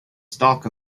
stalk